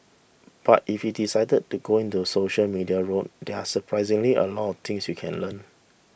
but if you decided to go the social media route there are surprisingly a lot of things you can learn